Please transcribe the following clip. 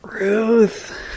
ruth